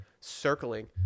CIRCLING